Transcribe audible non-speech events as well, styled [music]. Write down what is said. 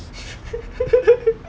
[laughs]